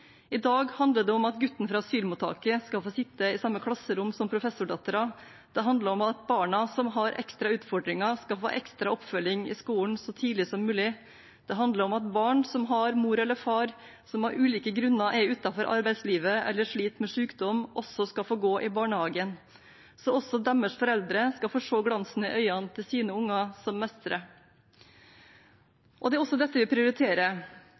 I dag handler det om at gutten fra asylmottaket skal få sitte i samme klasserom som professordatteren, det handler om at barna som har ekstra utfordringer skal få ekstra oppfølging i skolen så tidlig som mulig, og det handler om at barn som har mor eller far som av ulike grunner er utenfor arbeidslivet eller sliter med sykdom, også skal få gå i barnehagen, så også disse foreldrene skal få se glansen i øynene til sine barn, som mestrer. Det er dette vi prioriterer,